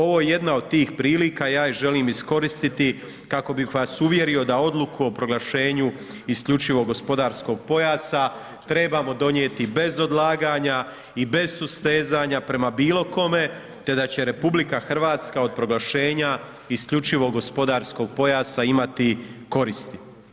Ovo je jedna od tih prilika, ja je želim iskoristiti, kako bih vas uvjerio da odluku o proglašenju isključivog gospodarskog pojasa trebamo donijeti bez odlaganja i bez sustezanja prema bilo kome, te da će RH od proglašenja isključivog gospodarskog pojasa imati koristi.